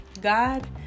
God